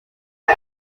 sut